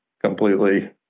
completely